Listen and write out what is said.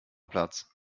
platz